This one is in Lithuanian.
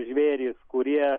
žvėrys kurie